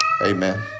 Amen